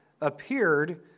appeared